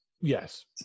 yes